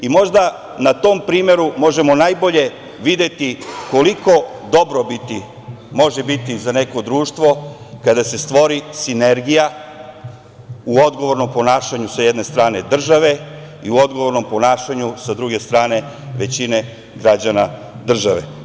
Možda na tom primeru možemo najbolje videti koliko dobrobiti može biti za neko društvo kada se stvori sinergija u odgovornom ponašanju, sa jedne strane, države i u odgovornom ponašanju, sa druge strane, većine građana države.